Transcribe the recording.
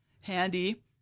Handy